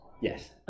Yes